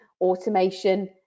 automation